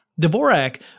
Dvorak